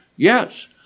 Yes